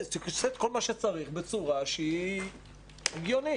שיעשה את כל מה שצריך בצורה שהיא הגיונית.